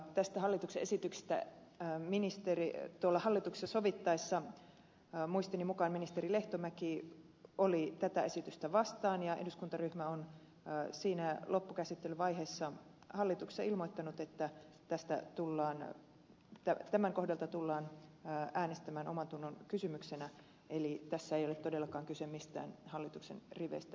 tästä hallituksen esityksestä hallituksessa sovittaessa muistini mukaan ministeri lehtomäki oli tätä esitystä vastaan ja eduskuntaryhmä on siinä loppukäsittelyvaiheessa hallituksessa ilmoittanut että tämän kohdalla tullaan äänestämään omantunnon kysymyksenä eli tässä ei ole todellakaan kyse mistään hallituksen riveistä lipeämisestä